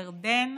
ירדן,